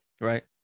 right